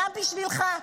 גם בשבילך,